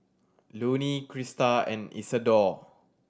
Loney Crista and Isadore